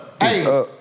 Hey